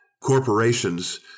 corporations